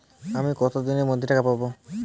আমি কতদিনের মধ্যে টাকা পাবো?